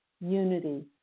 unity